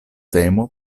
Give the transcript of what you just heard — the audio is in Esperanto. temo